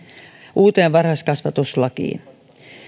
uuteen varhaiskasvatuslakiin